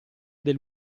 del